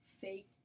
fake